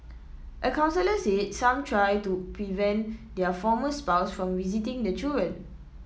a counsellor said some try to prevent their former spouse from visiting the children